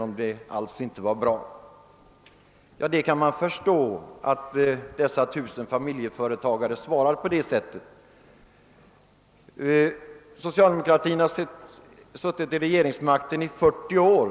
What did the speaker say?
Man kan förstå att dessa tusen familjeföretagare svarar på det sättet. So cialdemokratin har suttit vid regeringsmakten i 35 år.